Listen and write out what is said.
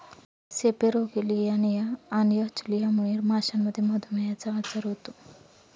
सेपेरोगेलियानिया आणि अचलियामुळे माशांमध्ये मधुमेहचा आजार होतो